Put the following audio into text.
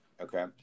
Okay